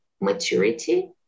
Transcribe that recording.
maturity